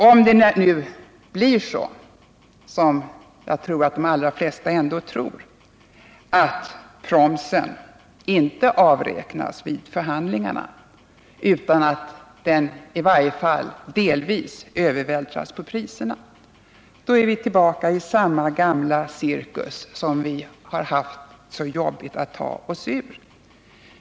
Om det nu blir så som de allra flesta ändå tror, nämligen att promsen inte kommer att avräknas vid avtalsförhandlingarna utan att den i varje fall delvis kommer att övervältras på priserna, då är vi tillbaka i samma gamla cirkus som vi haft så jobbigt att ta oss ur.